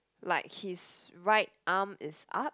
like his right arm is up